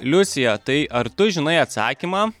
liucija tai ar tu žinai atsakymą